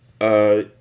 Uh